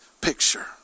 picture